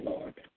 Lord